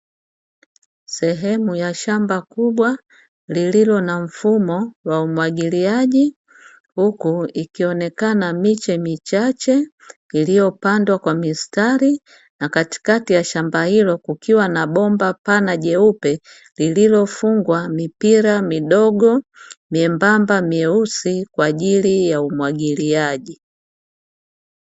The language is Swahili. Sehemu ya shamba kubwa lililo na mfumo wa umwagiliaji, huku ikionekana miche michache iliyopandwa kwa misitari, na katikati ya shamba hilo kukiwa na bomba pana jeupe, lililofungwa mipira midogo miembamba myeusi kwa ajili ya umwagiliaji.